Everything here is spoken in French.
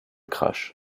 crash